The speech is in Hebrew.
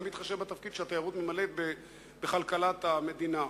גם בהתחשב בתפקיד שהתיירות ממלאת בכלכלת המדינה.